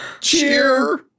Cheer